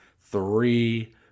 three